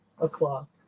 o'clock